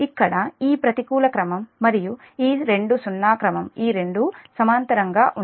ఇక్కడ ఈ ప్రతికూల క్రమం మరియు ఈ రెండు సున్నా క్రమం ఈ రెండు సమాంతరంగా ఉన్నాయి